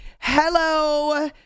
Hello